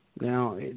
Now